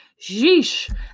Sheesh